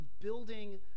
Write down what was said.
building